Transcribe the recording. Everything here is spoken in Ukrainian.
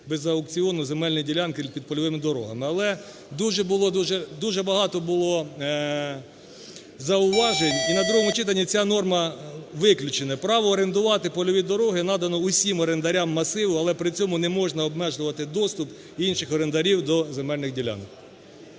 без аукціону земельну ділянку під польовими дорогами. Але дуже було, дуже багато було зауважень і на другому читанні ця норма виключена. Право орендувати польові дороги надано усім орендарям масиву, але при цьому не можна обмежувати доступ інших орендарів до земельних ділянок.